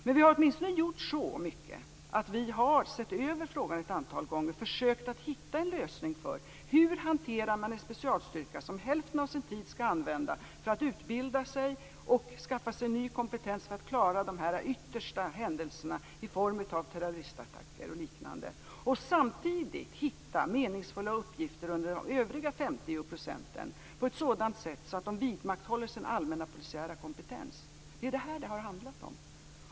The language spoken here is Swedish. Men vi har åtminstone gjort så mycket att vi har sett över frågan ett antal gånger och försökt hitta en lösning för hur man hanterar en specialstyrka som skall använda hälften av sin tid för att utbilda sig och skaffa sig ny kompetens för att klara dessa yttersta händelser i form av terroristattacker och liknande och samtidigt hitta meningsfulla uppgifter under den andra hälften av sin tid på ett sådant sätt att den vidmakthåller sin allmänna polisiära kompetens. Det är detta som det har handlat om.